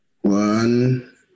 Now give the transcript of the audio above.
one